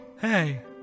Hey